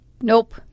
Nope